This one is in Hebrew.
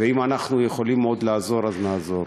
ואם אנחנו יכולים עוד לעזור, נעזור.